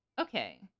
Okay